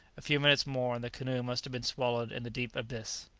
a few minutes more and the canoe must have been swallowed in the deep abyss.